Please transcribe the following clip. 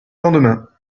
lendemain